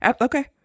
okay